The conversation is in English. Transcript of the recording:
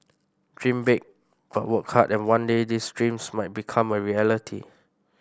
dream big but work hard and one day these dreams might become a reality